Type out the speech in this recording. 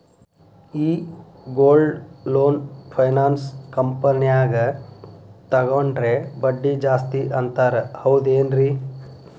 ಈ gold loan finance ಕಂಪನ್ಯಾಗ ತಗೊಂಡ್ರೆ ಬಡ್ಡಿ ಜಾಸ್ತಿ ಅಂತಾರ ಹೌದೇನ್ರಿ?